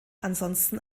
ansonsten